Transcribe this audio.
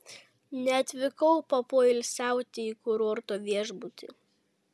neatvykau papoilsiauti į kurorto viešbutį